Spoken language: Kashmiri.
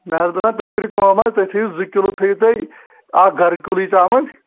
مےٚ حظ باسان تُہۍ کٔرِو کٲم حظ تُہۍ تھٲیِو زٕ کلوٗ تھٲیِو تُہۍ اَکھ گَر کُلی ژامَن